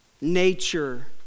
nature